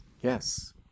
Yes